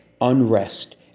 unrest